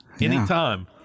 Anytime